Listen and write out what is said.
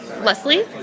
Leslie